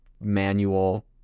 manual